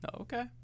Okay